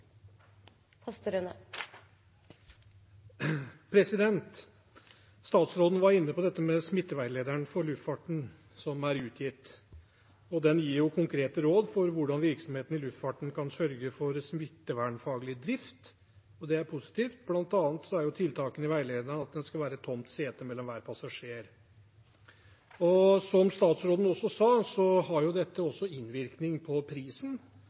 for luftfarten. Den gir konkrete råd for hvordan virksomheter i luftfarten kan sørge for smittevernfaglig drift, og det er positivt. Blant annet er et tiltak i veilederen at det skal være et tomt sete mellom hver passasjer. Som statsråden også sa, har jo dette innvirkning på prisen